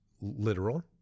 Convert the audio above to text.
literal